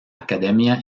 academia